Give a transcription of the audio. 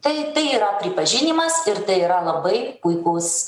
tai tai yra pripažinimas ir tai yra labai puikus